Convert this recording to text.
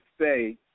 say